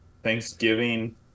thanksgiving